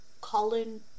Colin